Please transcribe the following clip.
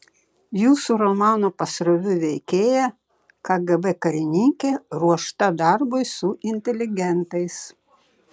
jūsų romano pasroviui veikėja kgb karininkė ruošta darbui su inteligentais